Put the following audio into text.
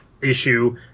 issue